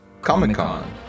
Comic-Con